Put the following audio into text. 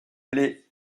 les